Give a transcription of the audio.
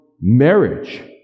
marriage